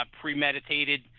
premeditated